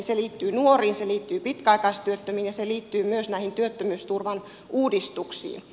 se liittyy nuoriin se liittyy pitkäaikaistyöttömiin ja se liittyy myös näihin työttömyysturvan uudistuksiin